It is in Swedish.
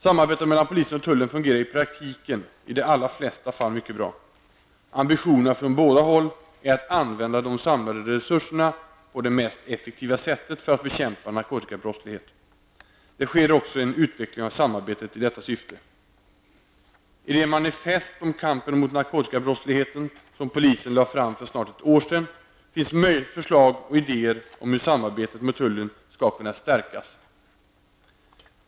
Samarbetet mellan polisen och tullen fungerar i praktiken i de allra flesta fall mycket bra. Ambitionerna från båda håll är att använda de samlade resurserna på det mest effektiva sättet för att bekämpa narkotikabrottsligheten. Det sker också en utveckling av samarbetet i detta syfte. I det manifest om kampen mot narkotikabrottsligheten som polisen lade fram för snart ett år sedan finns förslag och idéer om hur samarbetet med tullen skall kunna stärkas.